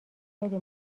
خیلی